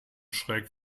schräg